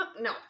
No